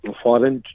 foreign